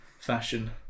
fashion